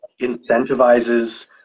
incentivizes